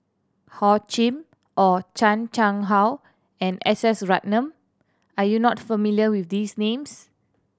Hor Chim Or Chan Chang How and S S Ratnam are you not familiar with these names